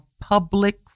public